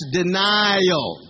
denial